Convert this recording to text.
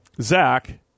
Zach